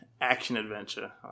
action-adventure